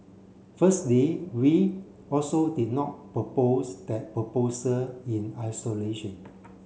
firstly we also did not propose that proposal in isolation